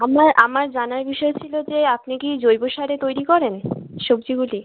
আমার আমার জানার বিষয় ছিলো যে আপনি কি জৈব সারে তৈরি করেন সবজিগুলি